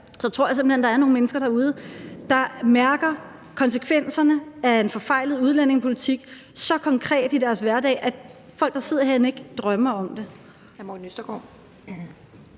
hen tror, der er nogle mennesker derude, der mærker konsekvenserne af en forfejlet udlændingepolitik så konkret i deres hverdag, at folk, der sidder herinde, ikke drømmer om det.